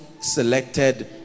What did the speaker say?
selected